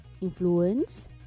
influence